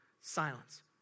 silence